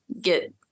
get